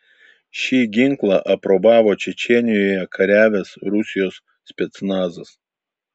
šį ginklą aprobavo čečėnijoje kariavęs rusijos specnazas